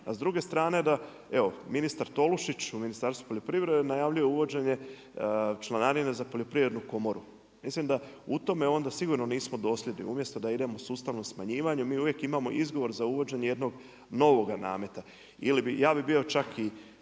a s druge strane evo da ministar Tolušić u Ministarstvu poljoprivrede najavljuje uvođenje članarine za poljoprivrednu komoru. Mislim da u tome onda sigurno nismo dosljedni. Umjesto da idemo sustavno smanjivanje mi uvijek imamo izgovor za uvođenje jednog novoga nameta. Ja bih bio čak i